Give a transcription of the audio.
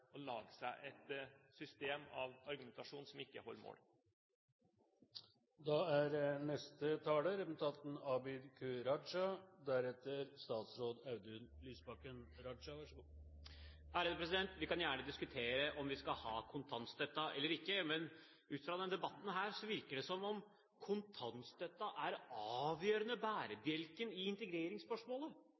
å lage seg et system av argumentasjon som ikke holder mål. Vi kan gjerne diskutere om vi skal ha kontantstøtten eller ikke, men ut fra denne debatten virker det som om kontantstøtten er den avgjørende bærebjelken i integreringsspørsmålet, at det er det som er avgjørende om vi lykkes med integreringen eller ikke. Det er det jo ikke! Integreringsspørsmålet